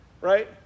right